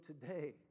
today